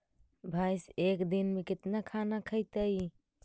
भैंस एक दिन में केतना खाना खैतई?